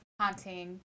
Haunting